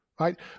right